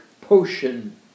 potion